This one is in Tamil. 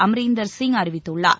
அமரேந்திர சிங் அறிவித்துள்ளார்